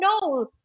no